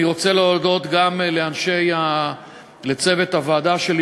אני רוצה להודות גם לצוות הוועדה שלי